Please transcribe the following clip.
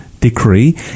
decree